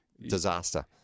Disaster